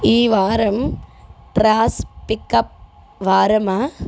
ఈ వారం trash pickup వారమా